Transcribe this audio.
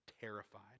terrified